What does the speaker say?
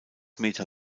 meter